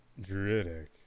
Druidic